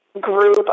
group